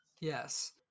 Yes